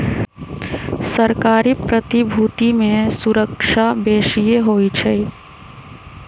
सरकारी प्रतिभूति में सूरक्षा बेशिए होइ छइ